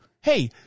Hey